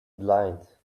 blind